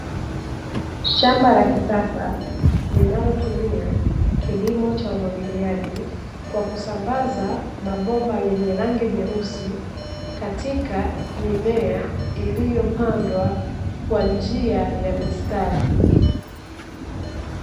Shamba la kisasa linalotumia kilimo cha umwagiliaji, kwa kusambaza mabomba yenye rangi nyeusi, katika mimea iliyopandwa kwa njia ya mistari.